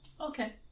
Okay